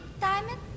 diamond